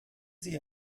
sie